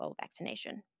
vaccination